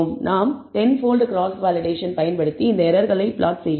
நாம் 10 fold cross validation பயன்படுத்தி இந்த எரர்களை நான் பிளாட் செய்கிறோம்